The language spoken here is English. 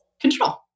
control